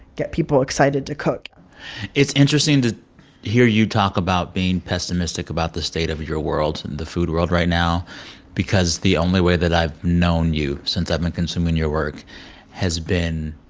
get people excited to cook it's interesting to hear you talk about being pessimistic about the state of your world and the food world right now because the only way that i've known you since i've been consuming your work has been.